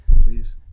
please